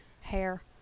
...hair